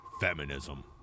Feminism